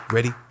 Ready